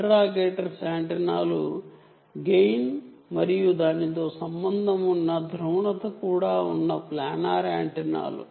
interrogators యాంటెన్నాలు planar యాంటెనాలు మరియు దానితో గెయిన్ పోలరైజెషన్ కూడా సంబంధం కలిగిఉంటాయి